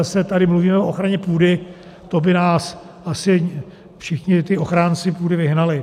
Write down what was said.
To tady mluvíme o ochraně půdy, to by nás asi všichni ti ochránci půdy vyhnali.